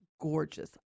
gorgeous